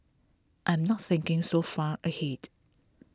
I'm not thinking so far ahead